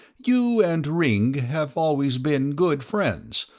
you and ringg have always been good friends,